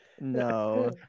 No